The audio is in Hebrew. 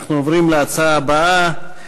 אנחנו עוברים להצעה הבאה: